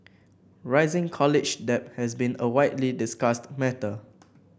rising college debt has been a widely discussed matter